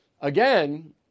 Again